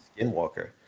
Skinwalker